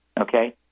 okay